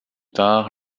tard